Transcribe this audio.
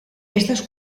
estos